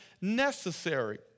necessary